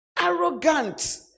Arrogant